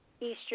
Eastern